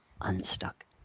unstuck